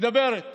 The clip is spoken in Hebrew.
מדברת